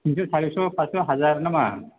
थिनस' सारिस' पास्स' हाजार नामा